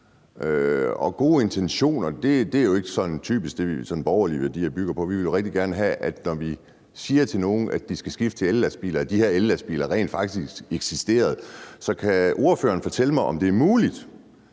Gode intentioner er jo ikke sådan typisk det, som borgerlige værdier bygger på, for vi vil rigtig gerne have, at når vi siger til nogen, at de skal skifte til ellastbiler, så eksisterer de her ellastbiler rent faktisk også. Så kan ordføreren fortælle mig, om det er muligt